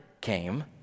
came